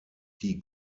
die